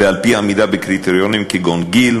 ועל-פי עמידה בקריטריונים כגון גיל,